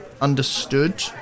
understood